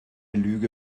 lüge